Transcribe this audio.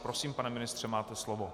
Prosím, pane ministře, máte slovo.